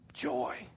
joy